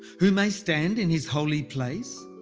who may stand in his holy place?